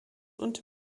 und